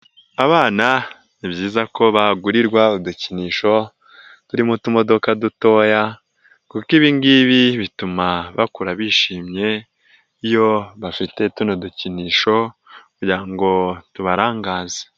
Abana ni byiza ko bagurirwa udukinisho turirimo utumodoka dutoya, kuko ibiingibi bituma bakura bishimye iyo bafite tuno dukinisho kugira ngo tubarangaze.